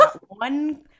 one